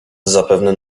zapewne